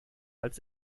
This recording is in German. als